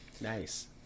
Nice